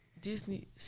Disney